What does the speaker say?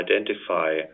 identify